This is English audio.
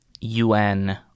UN